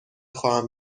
خواهم